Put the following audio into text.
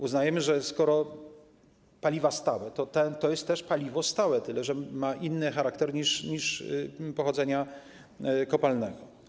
Uznajemy, że skoro paliwa stałe, to to jest też paliwo stałe, tyle że ma inny charakter niż pochodzenia kopalnego.